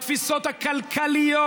בתפיסות הכלכליות.